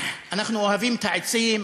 אנחנו אוהבים את העצים,